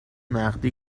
نقدی